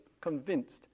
convinced